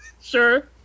Sure